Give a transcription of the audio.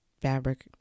fabric